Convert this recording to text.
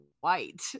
white